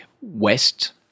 west